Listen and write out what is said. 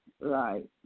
Right